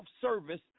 service